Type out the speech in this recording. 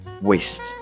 Waste